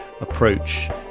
approach